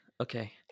Okay